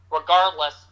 regardless